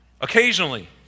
occasionally